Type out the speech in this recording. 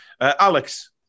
Alex